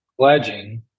pledging